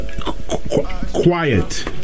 quiet